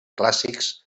clàssics